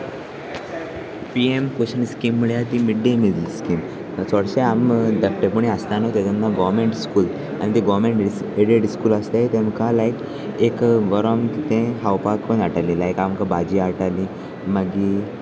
P M Poshan scheme म्हळ्यार ती mid day meal scheme चोडशे आमी धाकटेपणी आसता न्ह तेन्ना गोवमेंट स्कूल आनी ती गोवर्मेंट एडीड स्कूल आसताय तेमकां लायक एक गरम कितें खावपाक करून हाडाली लायक आमकां भाजी हाडटाली मागीर